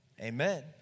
Amen